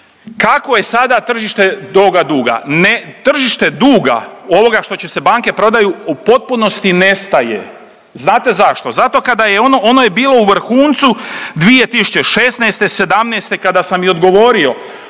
kako je sada tržište toga duga. Ne tržište duga ovoga što će se banke prodaju u potpunosti nestaje. Znate zašto? Zato kada je ono je bilo u vrhuncu 2016., '17. kada sam i odgovorio